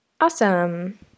awesome